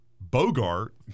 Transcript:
Bogart